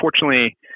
Unfortunately